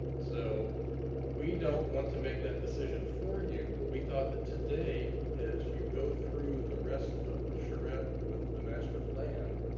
so we don't want to make that decision for you, but we thought that today, as you go through the rest of the charette with the master plan,